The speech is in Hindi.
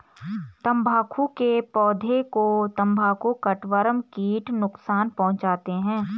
तंबाकू के पौधे को तंबाकू कटवर्म कीट नुकसान पहुंचाते हैं